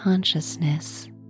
Consciousness